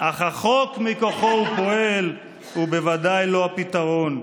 אך החוק שמכוחו הוא פועל הוא בוודאי לא הפתרון.